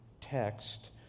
text